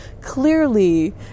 clearly